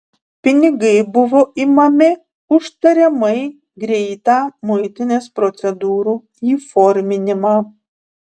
pinigai buvo imami už tariamai greitą muitinės procedūrų įforminimą